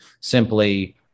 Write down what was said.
simply